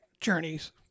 journeys